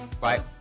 Bye